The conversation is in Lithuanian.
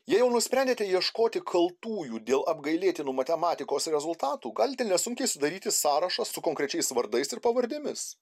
jei jau nusprendėte ieškoti kaltųjų dėl apgailėtinų matematikos rezultatų galite nesunkiai sudaryti sąrašą su konkrečiais vardais ir pavardėmis